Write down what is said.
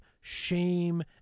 shame